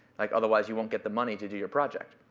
like otherwise you won't get the money to do your project.